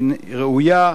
היא ראויה,